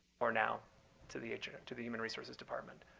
or now to the ah to the human resources department.